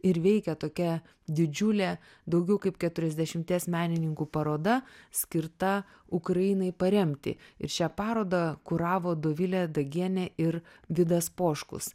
ir veikia tokia didžiulė daugiau kaip keturiasdešimties menininkų paroda skirta ukrainai paremti ir šią parodą kuravo dovilė dagienė ir vidas poškus